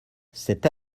cette